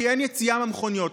כי אין יציאה מהמכוניות,